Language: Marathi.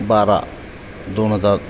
बारा दोन हजार